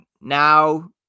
now